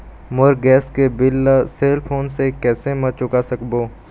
मोर gas के bill ला cell phone से कैसे म चुका सकबो?